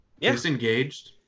disengaged